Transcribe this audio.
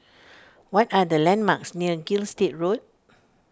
what are the landmarks near Gilstead Road